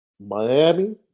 Miami